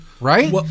right